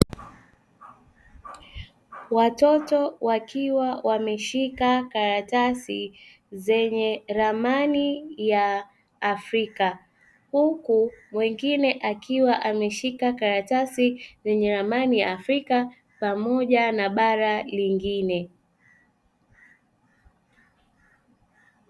Watoto wakiwa wameshika karatasi zenye ramani ya afrika huku mwengine akiwa ameshika karatasi zenye ramani ya afrika pamoja na bara lingine.